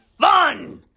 fun